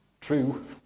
true